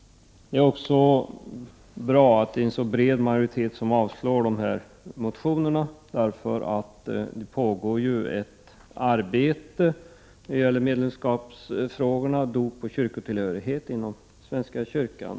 Det är bra att det är en bred majoritet som avstyrker motionerna. Det pågår ju ett arbete när det gäller medlemskapsfrågorna, dop och kyrkotillhörighet inom svenska kyrkan.